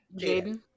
Jaden